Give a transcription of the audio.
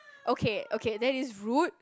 okay okay that is rude